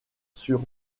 sur